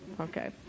okay